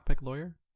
lawyer